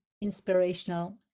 inspirational